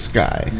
Sky